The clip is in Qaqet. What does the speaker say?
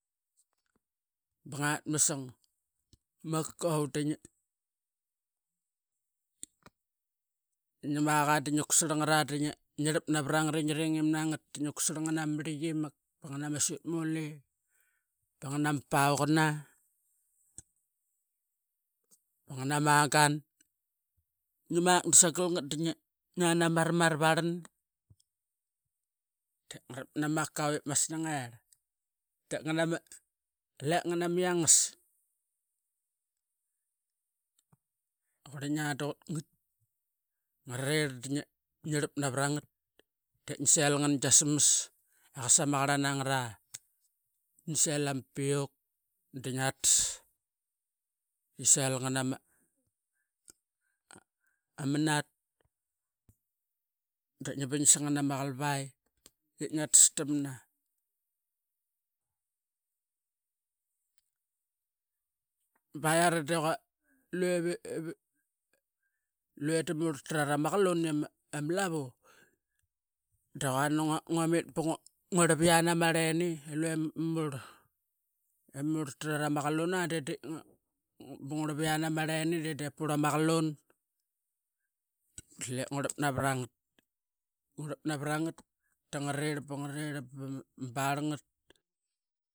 Ba ngat masang. Ma kakau de ngia ngia mak di ngia kutsarl nganama mirlit i mak bangana ma sweet muli bangana ma pavqana, ba ngana ma gan. Ngi mak da sagal ngat dingi nian ama marmar varln. Dep ngararakmat nama kakaul ip masna ngerl da ngana ma lek ngana miangs. Qurli ngia duqut ngat ngara rirl di ngia rlap navaq rangat de ngi sel ngi ngan gia smas eqasa maqalian nangat, ngi sel ama piuk di ngi tas. Ngi sel nganama ama nat. Da ngi bin sangana ma qalavai ip ngia tastamna. Balara de qua lue evep lue da murl trat ama qalun ama lavu diqun naru nga ngua mit bungua rlap iana ama rleni lue murl, emurl trat ama qalun di nga ngurlap iani ama rleni de purl ama qalun. Dlep ngurlap navarangat, ngurlap navarangat da nga ra rirl ba nga rarirl ma barl ngat.